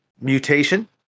mutation